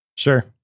Sure